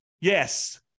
yes